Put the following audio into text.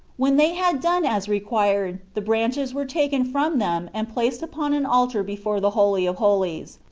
when they had done as required the branches were taken from them and placed upon an altar before the holy of holies,